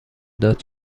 داد